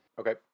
Okay